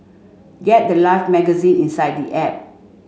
get the life magazine inside the app